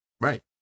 Right